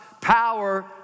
power